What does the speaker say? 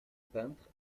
peintre